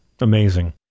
Amazing